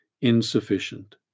insufficient